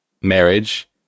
marriage